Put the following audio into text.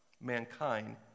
mankind